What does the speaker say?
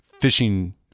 fishing